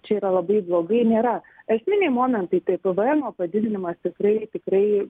čia yra labai blogai nėra esminiai momentai tai pvemo padidinimas tikrai tikrai